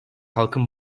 halkın